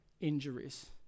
injuries